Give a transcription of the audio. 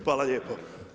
Hvala lijepo.